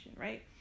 right